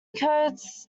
codes